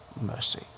mercy